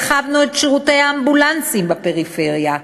הרחבנו את שירותי האמבולנסים בפריפריה,